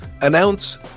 announce